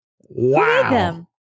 Wow